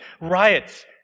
riots